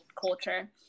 culture